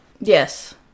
Yes